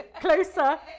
Closer